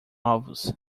ovos